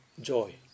joy